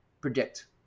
predict